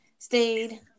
stayed